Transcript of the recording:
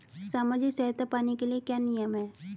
सामाजिक सहायता पाने के लिए क्या नियम हैं?